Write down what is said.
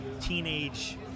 teenage